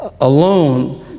alone